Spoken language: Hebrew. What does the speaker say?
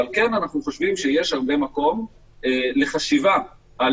אבל אנחנו חושבים שיש מקום לחשיבה על